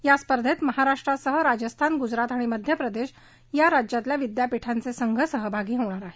या स्पर्धेत महाराष्ट्रासह राजस्थान गुजरात आणि मध्यप्रदेश या राज्यातील विद्यापीठांचे संघ सहभागी होणार आहेत